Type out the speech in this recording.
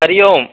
हरिः ओम्